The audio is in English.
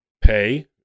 pay